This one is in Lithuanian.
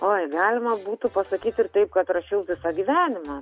oi galima būtų pasakyt ir taip kad rašiau visą gyvenimą